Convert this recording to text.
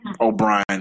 O'Brien